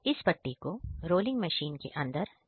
इस पट्टी को रोलिंग मशीन के अंदर डाला जाता है